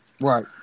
Right